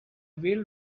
wheel